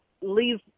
leave